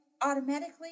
automatically